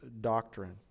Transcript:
doctrine